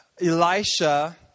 Elisha